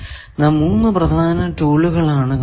നാം 3 പ്രധാന ടൂളുകൾ ആണ് കണ്ടത്